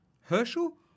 Herschel